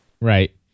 right